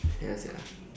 ya sia